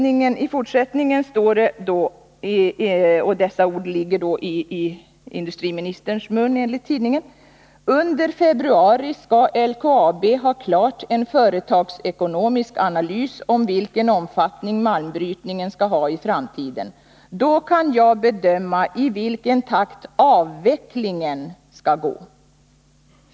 I fortsättningen står det —- och de orden ligger enligt tidningen i industriministerns mun: Under februari skall LKAB ha klart en företagsekonomisk analys om vilken omfattning malmbrytningen skall ha i framtiden. Då kan jag bedöma i vilken takt avvecklingen skall gå.